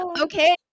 okay